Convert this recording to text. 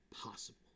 possible